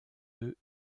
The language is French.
deux